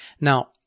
Now